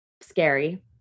scary